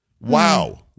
Wow